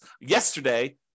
yesterday